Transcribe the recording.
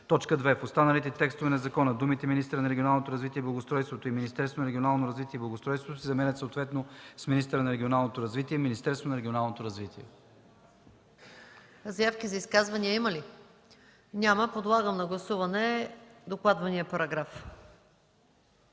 2. В останалите текстове на закона думите „министъра на регионалното развитие и благоустройството” и „Министерството на регионалното развитие и благоустройството” се заменят съответно с „министъра на регионалното развитие” и „Министерството на регионалното развитие”.” ПРЕДСЕДАТЕЛ МАЯ МАНОЛОВА: Заявки за изказвания има ли? Няма. Подлагам на гласуване докладвания параграф.